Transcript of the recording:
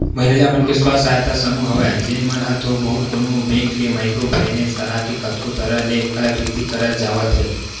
महिला मन के स्व सहायता समूह हवय जेन मन ह थोक बहुत कोनो बेंक ले माइक्रो फायनेंस करा के कतको तरह ले कलाकृति करत जावत हे